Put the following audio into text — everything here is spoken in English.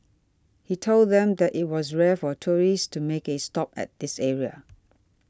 he told them that it was rare for tourists to make a stop at this area